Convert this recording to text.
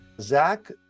Zach